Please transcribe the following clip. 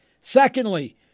Secondly